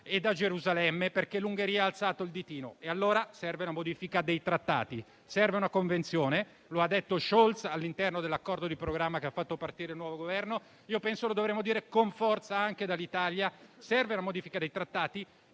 e da Gerusalemme, perché l'Ungheria ha alzato il ditino. Serve una modifica dei trattati, serve una convenzione: lo ha detto Scholz all'interno dell'accordo di programma che ha fatto partire il nuovo Governo. Dovremmo dirlo con forza anche dall'Italia: serve la modifica dei trattati